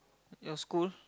your school